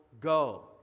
go